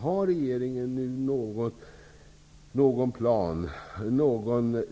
Har regeringen någon plan,